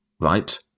right